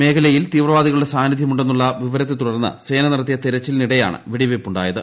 മേഖലയിൽ തീവ്രവാദികളുടെ സാന്നിദ്ധ്യമുണ്ടെന്നുള്ള വിവരത്തെ തുടർന്ന് സേന നടത്തിയ തെരച്ചിലിനിടെയാണ് വെടിവെയ്പ് ഉണ്ടായത്